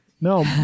No